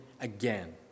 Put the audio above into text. again